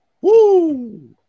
Woo